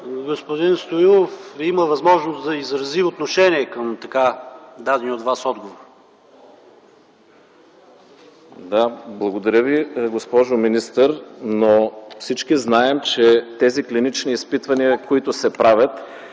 Господин Стоилов има възможност да изрази отношение към дадения от Вас отговор. ЯНАКИ СТОИЛОВ (КБ): Благодаря Ви, госпожо министър, но всички знаем, че тези клинични изпитвания, които се правят,